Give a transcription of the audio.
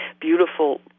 beautiful